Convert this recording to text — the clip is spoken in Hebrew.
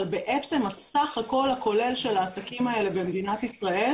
אבל בעצם הסך הכול הכולל של העסקים האלה במדינת ישראל